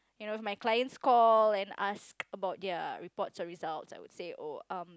and when my clients call and ask about their reports or results I would say oh um